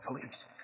police